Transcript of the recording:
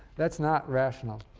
that's not rational.